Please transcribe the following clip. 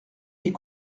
est